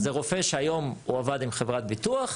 הרופא שהיום עבד עם חברת ביטוח,